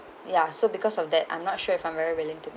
ya so because of that I'm not sure if I'm very willing to